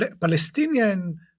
Palestinian